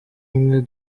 umwe